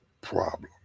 problem